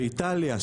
באיטליה,